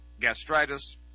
gastritis